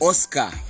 Oscar